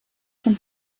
von